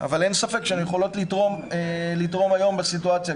אבל אין ספק שהן יכולות לתרום היום בסיטואציה,